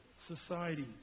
society